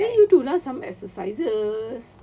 then you do lah some exercises